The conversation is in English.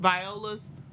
Viola's